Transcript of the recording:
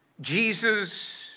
Jesus